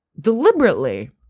deliberately